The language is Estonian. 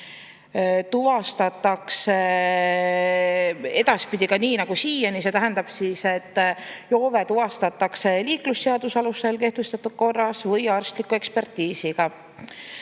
tuvastatakse ka edaspidi nii nagu siiani. See tähendab siis, et joove tuvastatakse liiklusseaduse alusel kehtestatud korras või arstliku ekspertiisiga.